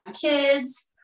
kids